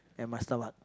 and my stomach